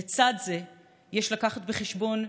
לצד זה יש להביא בחשבון,